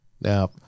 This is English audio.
Now